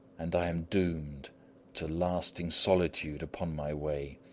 and i am doomed to lasting solitude upon my way,